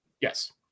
Yes